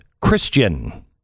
Christian